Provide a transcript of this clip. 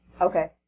Okay